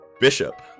Bishop